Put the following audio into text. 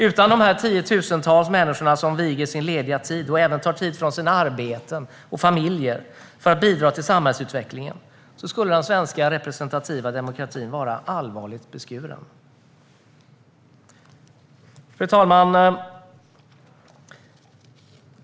Utan dessa tiotusentals människor som viger sin lediga tid och även tar tid från sina arbeten och familjer för att bidra till samhällsutvecklingen skulle den svenska representativa demokratin vara allvarligt beskuren. Fru talman!